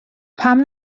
pam